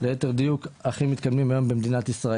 ליתר דיוק עם ניידות טיפול נמרץ הכי המתקדמות היום במדינת ישראל.